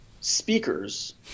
speakers